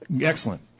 Excellent